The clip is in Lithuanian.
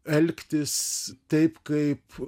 elgtis taip kaip